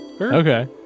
Okay